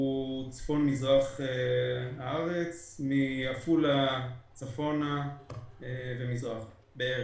הוא צפון מזרח הארץ, מעפולה צפונה ומזרחה בערך.